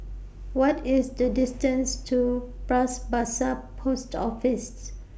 What IS The distance to Bras Basah Post Offices